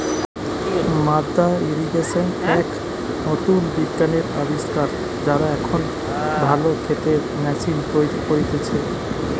মাদ্দা ইর্রিগেশন এক নতুন বিজ্ঞানের আবিষ্কার, যারা এখন ভালো ক্ষেতের ম্যাশিন তৈরী করতিছে